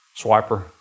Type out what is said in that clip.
Swiper